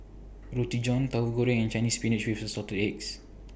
Roti John Tahu Goreng and Chinese Spinach with Assorted Eggs